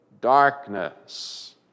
darkness